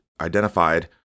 identified